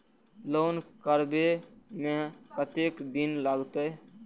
Loan करबे में कतेक दिन लागते?